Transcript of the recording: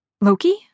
Loki